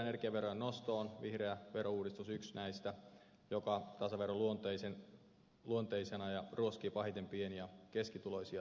energiaverojen nosto vihreä verouudistus on yksi näistä joka tasaveroluonteisena ruoskii pahiten pieni ja keskituloisia talouksia